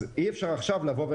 אז אי-אפשר לומר עכשיו: